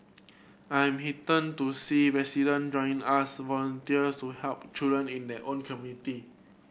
I am to see resident joining us volunteers to help children in their own community